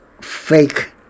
fake